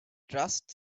just